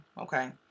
Okay